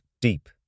deep